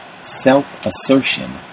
self-assertion